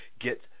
get